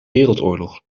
wereldoorlog